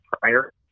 prior